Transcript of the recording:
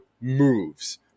moves